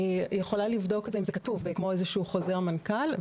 אני יכולה לבדוק את זה אם זה כתוב כמו איזשהו חוזר מנכ"ל.